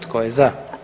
Tko je za?